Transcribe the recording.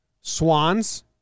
Swans